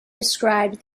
described